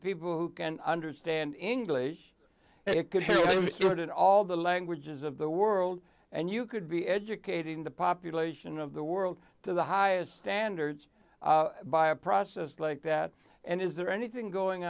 people who can understand english and it could help them sort it all the languages of the world and you could be educating the population of the world to the highest standards by a process like that and is there anything going